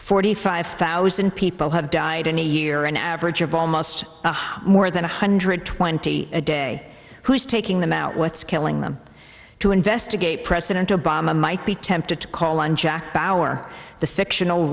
forty five thousand people have died in a year an average of almost more than one hundred twenty a day who's taking them out what's killing them to investigate president obama might be tempted to call on jack bauer the fictional